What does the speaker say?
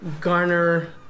garner